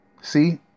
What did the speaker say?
See